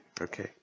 Okay